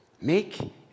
Make